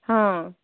ହଁ